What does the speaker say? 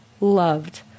loved